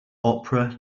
opera